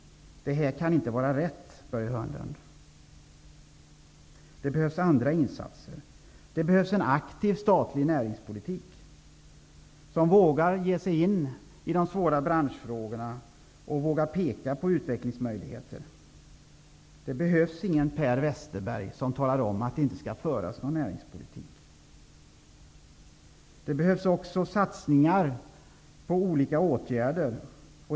Detta kan inte vara rätt, Börje Hörnlund. Det behövs andra insatser. Det behövs en aktiv statlig näringspolitik, som innebär att man vågar ge sig in i de svåra branschfrågorna och vågar peka på utvecklingsmöjligheter. Det behövs ingen Per Westerberg som talar om att det inte skall föras någon näringspolitik. Det behövs satsningar på olika åtgärder.